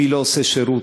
מי לא עושה שירות.